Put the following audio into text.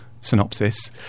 synopsis